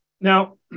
Now